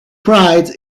prize